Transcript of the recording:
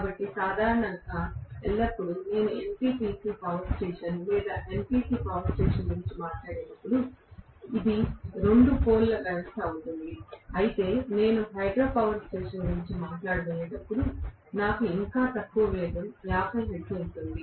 కాబట్టి సాధారణంగా ఎల్లప్పుడూ నేను NTPC పవర్ స్టేషన్ లేదా NPC పవర్ స్టేషన్ గురించి మాట్లాడేటప్పుడు ఇది రెండు పోల్ వ్యవస్థ అవుతుంది అయితే నేను హైడ్రోపవర్ స్టేషన్ గురించి మాట్లాడబోయేటప్పుడు నాకు ఇంకా తక్కువ వేగం 50 హెర్ట్జ్ ఉంటుంది